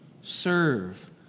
serve